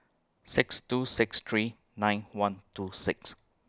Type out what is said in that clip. six two six three nine one two six